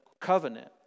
covenant